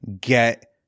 Get